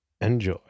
Enjoy